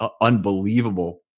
unbelievable